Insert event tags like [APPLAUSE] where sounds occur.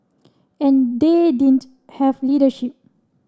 [NOISE] and they didn't have leadership